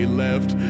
left